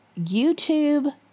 YouTube